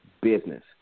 business